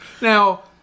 Now